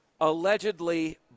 allegedly